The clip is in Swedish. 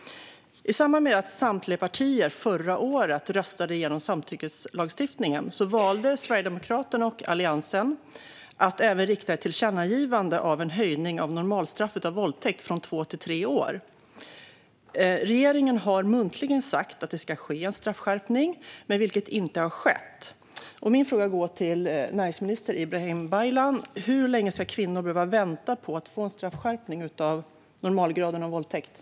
I samband med att samtliga partier förra året röstade igenom samtyckeslagstiftningen valde Sverigedemokraterna och Alliansen att även rikta ett tillkännagivande om en höjning av normalstraffet för våldtäkt från två till tre år. Regeringen har muntligen sagt att det ska ske en straffskärpning, men det har inte skett. Min fråga går till näringsminister Ibrahim Baylan. Hur länge ska kvinnor behöva vänta på att få en straffskärpning för våldtäkt av normalgraden?